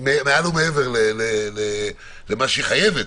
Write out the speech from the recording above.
מעל ומעבר למה שהיא חייבת,